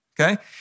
okay